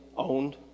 owned